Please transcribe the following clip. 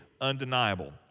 undeniable